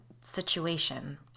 situation